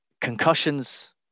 concussions